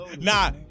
Nah